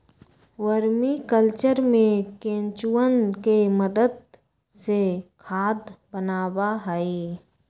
vermi culture में केंचुवन के मदद से खाद बनावा हई